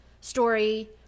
story